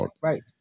right